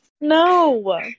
No